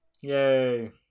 yay